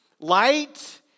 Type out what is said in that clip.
light